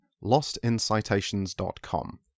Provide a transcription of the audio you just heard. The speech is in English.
Lostincitations.com